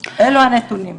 אלו הנתונים.